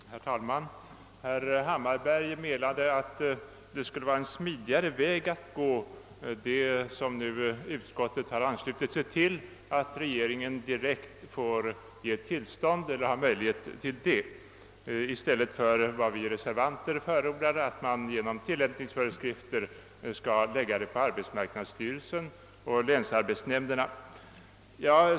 Herr talman! Herr Hammarberg menade att det förslag som utskottet har anslutit sig till skulle innebära en smidigare väg; regeringen får möjlighet att själv meddela tillstånd i stället för att beslutanderätten, såsom reservanterna förordar, genom tillämpningsföreskrifter läggs på arbetsmarknadsstyrelsen och länsarbetsnämnderna.